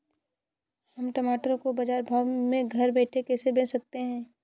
हम टमाटर को बाजार भाव में घर बैठे कैसे बेच सकते हैं?